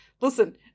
Listen